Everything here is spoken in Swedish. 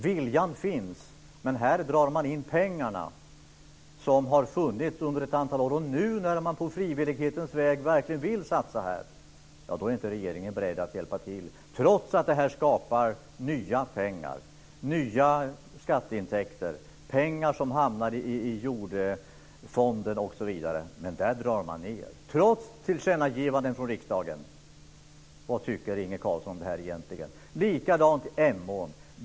Viljan finns, men här drar man in de pengar som har funnits under ett antal år. Nu när man på frivillighetens väg verkligen vill satsa där är regeringen inte beredd att hjälpa till, trots att detta skulle skapa nya pengar och nya skatteintäkter, medel som hamnar i Jordfonden osv. Trots tillkännagivanden från riksdagen drar man ned. Vad tycker Inge Carlsson egentligen om det? Likadant är det vid Emån.